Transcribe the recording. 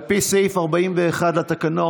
על פי סעיף 41 לתקנון,